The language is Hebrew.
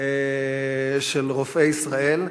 של רופאי ישראל.